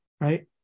right